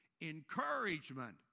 encouragement